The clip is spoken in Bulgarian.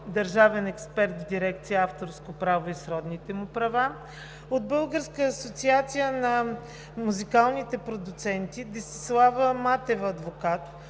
държавен експерт в дирекция „Авторско право и сродните му права“; от Българска асоциация на музикалните продуценти: Десислава Матева – адвокат;